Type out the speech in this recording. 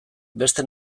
beste